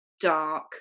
dark